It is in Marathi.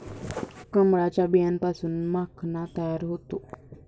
कमळाच्या बियांपासून माखणा तयार होतो